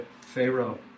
Pharaoh